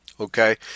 Okay